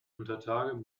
untertage